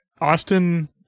Austin